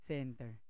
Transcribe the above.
Center